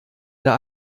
der